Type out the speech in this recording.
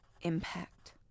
impact